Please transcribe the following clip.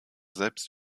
selbst